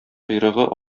койрыгы